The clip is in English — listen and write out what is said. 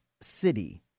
City